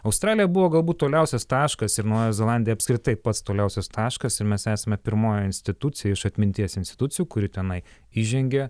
australija buvo galbūt toliausias taškas ir naujoji zelandija apskritai pats toliausias taškas ir mes esame pirmoji institucija iš atminties institucijų kuri tenai įžengė